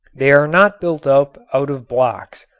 they are not built up out of blocks,